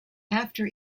after